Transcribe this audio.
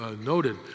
noted